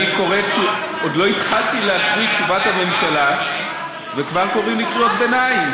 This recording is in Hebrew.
עוד לא התחלתי להקריא את תשובת הממשלה וכבר קוראים לי קריאות ביניים.